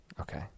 Okay